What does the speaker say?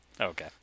Okay